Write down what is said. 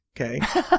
okay